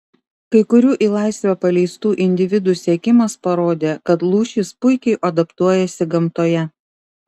kai kurių į laisvę paleistų individų sekimas parodė kad lūšys puikiai adaptuojasi gamtoje